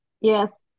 Yes